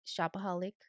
shopaholic